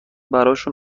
براشون